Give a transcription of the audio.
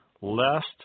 lest